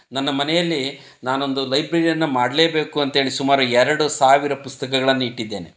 ನನ್ನ ಮನೆಯಲ್ಲಿ ನಾನೊಂದು ಲೈಬ್ರರಿಯನ್ನು ಮಾಡಲೇಬೇಕು ಅಂತೇಳಿ ಸುಮಾರು ಎರಡು ಸಾವಿರ ಪುಸ್ತಕಗಳನ್ನು ಇಟ್ಟಿದ್ದೇನೆ